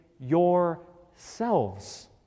yourselves